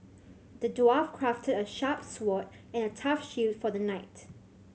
the dwarf crafted a sharp sword and a tough shield for the knight